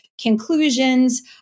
conclusions